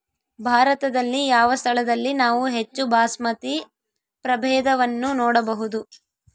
ಭಾರತದಲ್ಲಿ ಯಾವ ಸ್ಥಳದಲ್ಲಿ ನಾವು ಹೆಚ್ಚು ಬಾಸ್ಮತಿ ಪ್ರಭೇದವನ್ನು ನೋಡಬಹುದು?